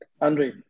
Andre